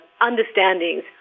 understandings